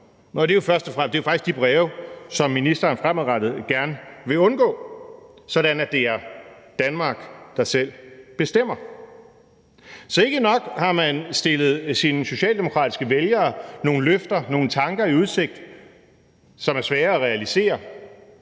det er faktisk de breve, som ministeren fremadrettet gerne vil undgå, sådan at det er Danmark, der selv bestemmer. Så ikke blot har man har stillet sine socialdemokratiske vælgere nogle løfter og tanker i udsigt, som er svære at realisere,